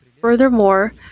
furthermore